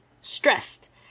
stressed